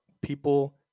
people